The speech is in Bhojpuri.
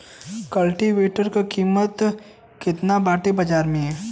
कल्टी वेटर क कीमत केतना बाटे बाजार में?